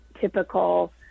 typical